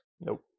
Nope